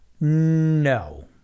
No